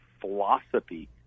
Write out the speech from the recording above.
philosophy